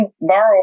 borrow